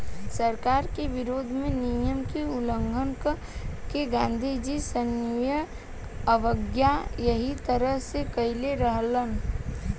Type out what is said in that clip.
सरकार के विरोध में नियम के उल्लंघन क के गांधीजी सविनय अवज्ञा एही तरह से कईले रहलन